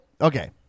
okay